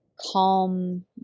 calm